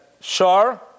Shar